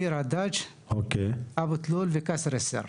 ביר הדאג', אבו תלול וקסר א-סיר.